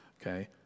okay